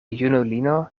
junulino